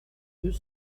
deux